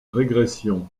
régression